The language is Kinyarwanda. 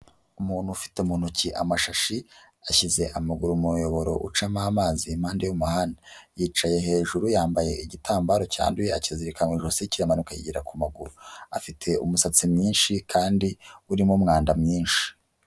Umuntu ufite mu ntoki amashashi ashyize amaguru mu muyoboro ucamo amazi impande y'umuhanda, yicaye hejuru yambaye igitambaro cyanduye akizirika mu ijosi kiramanuka kigera ku maguru, afite umusatsi mwinshi kandi urimo umwanda mwinshi.